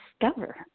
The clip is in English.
discover